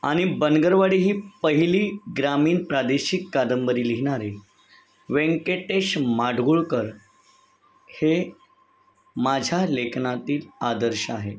आणि बनगरवाडी ही पहिली ग्रामीण प्रादेशिक कादंबरी लिहिणारे व्यंकटेश माडगुळकर हे माझ्या लेखनातील आदर्श आहे